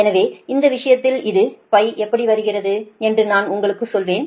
எனவே இந்த விஷயத்தில் இது எப்படி வருகிறது என்று நான் உங்களுக்குச் சொல்வேன்